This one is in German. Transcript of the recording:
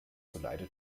zuleide